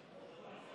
אם כך,